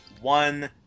one